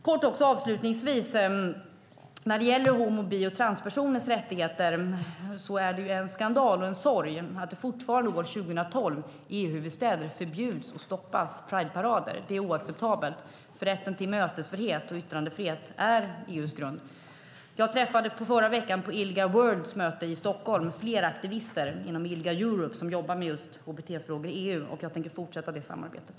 När det gäller homo och bisexuella och transpersoners rättigheter är det en skandal och en sorg att Prideparader fortfarande år 2012 förbjuds och stoppas i EU-huvudstäder. Det är oacceptabelt, för rätten till mötesfrihet och yttrandefrihet är EU:s grund. Jag träffade i förra veckan, på ILGA Worlds möte i Stockholm, flera aktivister inom ILGA Europe som jobbar med just hbt-frågor i EU. Och jag tänker fortsätta det samarbetet.